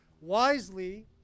wisely